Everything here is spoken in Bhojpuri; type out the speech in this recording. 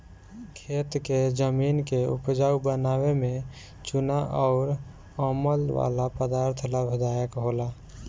खेत के जमीन के उपजाऊ बनावे में चूना अउर अमल वाला पदार्थ लाभदायक होला